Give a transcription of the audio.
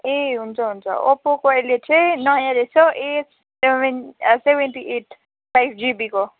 ए हुन्छ हुन्छ ओप्पोको अहिले चाहिँ नयाँ रहेछ हौ S seven seventy eight five जिबीको